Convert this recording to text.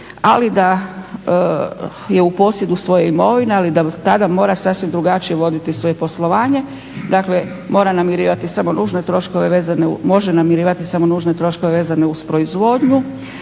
ali da je u posjedu svoje imovine, ali da tada mora sasvim drugačije voditi svoje poslovanje. Dakle, mora namirivati samo nužne troškove vezane, može